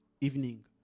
evening